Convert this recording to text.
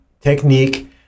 technique